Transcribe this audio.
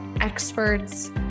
experts